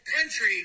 country